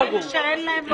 אין להם לוביסטים.